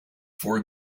for